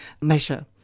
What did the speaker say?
measure